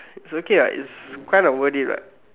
it's okay what it's kind of worth it what